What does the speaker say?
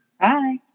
Bye